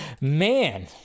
man